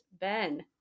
Ben